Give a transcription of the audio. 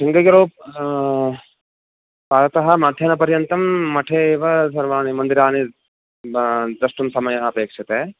शृङ्गगिरौ प्रातः माध्याह्नपर्यन्तं मठे एव सर्वाणि मन्दिराणि द्रष्टुं समयः अपेक्ष्यते